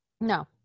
No